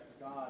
God